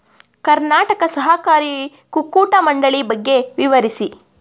ಕರ್ನಾಟಕ ಸಹಕಾರಿ ಕುಕ್ಕಟ ಮಂಡಳಿ ಬಗ್ಗೆ ವಿವರಿಸಿ?